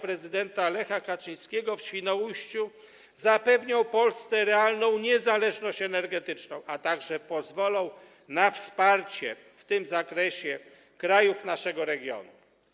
Prezydenta Lecha Kaczyńskiego w Świnoujściu zapewnią Polsce realną niezależność energetyczną, a także pozwolą na wsparcie w tym zakresie krajów naszego regionu.